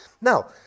Now